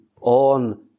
on